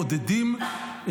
מעודדים,